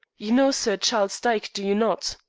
you know sir charles dyke, do you not?